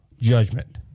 judgment